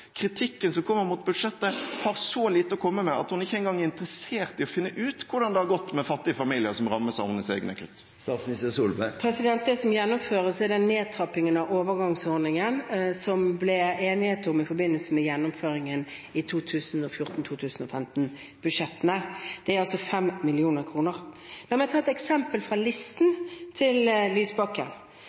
kritikken som kommer mot budsjettet, har så lite å komme med at hun ikke engang er interessert i å finne ut hvordan det har gått med fattige familier som rammes av hennes egne kutt? Det som gjennomføres i den nedtrappingen av overgangsordningen som det ble enighet om i forbindelse med gjennomføringen i 2014- og 2015-budsjettene, er 5 mill. kr. La meg ta et eksempel fra listen til Lysbakken.